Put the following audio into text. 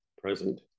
present